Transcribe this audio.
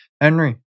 Henry